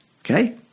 Okay